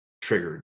triggered